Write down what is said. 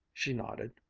she nodded.